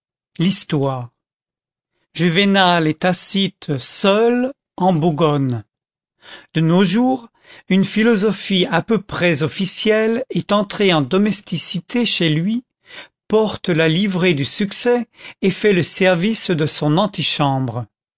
l'histoire juvénal et tacite seuls en bougonnent de nos jours une philosophie à peu près officielle est entrée en domesticité chez lui porte la livrée du succès et fait le service de son antichambre